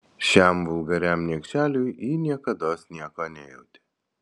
šiam vulgariam niekšeliui ji niekados nieko nejautė